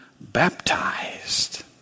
baptized